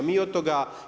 Mi od toga.